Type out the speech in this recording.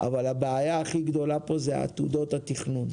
אבל הבעיה הכי גדולה פה זה עתודות התכנון,